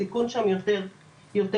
הסיכון שם יותר גדול.